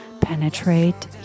penetrate